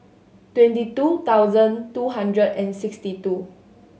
twenty two thousand two hundred and sixty two